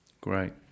Great